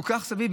הכול מסביב,